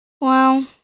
Wow